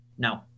No